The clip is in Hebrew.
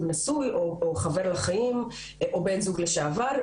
נשוי או חבר לחיים או בן זוג לשעבר,